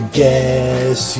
guess